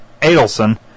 Adelson